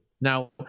Now